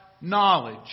knowledge